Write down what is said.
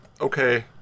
Okay